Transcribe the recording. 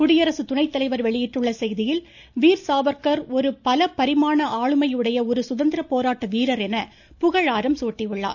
குடியரசு துணைத்தலைவர் வெளியிட்டுள்ள செய்தியில் வீர் சாவர்கர் ஒரு பல பரிமாண ஆளுமையுடைய ஒரு சுதந்திர போராட்ட வீரர் என புகழாரம் சூட்டியுள்ளார்